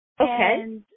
Okay